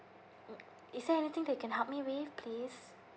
mm is there anything that you can help me with please